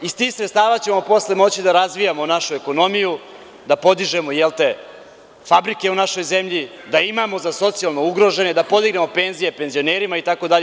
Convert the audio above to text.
Iz tih sredstava ćemo posle moći da razvijamo našu ekonomiju, da podićemo, jel te, fabrike u našoj zemlji, da imamo za socijalno ugrožene, da podignemo penzije penzionerima, itd.